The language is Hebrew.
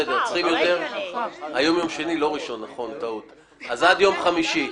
טעיתי,